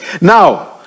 Now